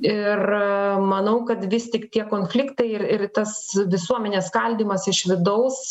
ir manau kad vis tik tie konfliktai ir ir tas visuomenės skaldymas iš vidaus